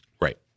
Right